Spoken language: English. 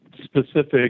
specific